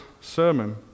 sermon